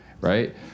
right